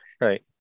Right